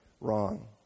wrong